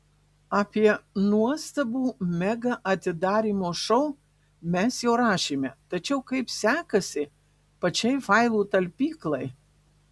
apie nuostabų mega atidarymo šou mes jau rašėme tačiau kaip sekasi pačiai failų talpyklai